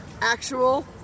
Actual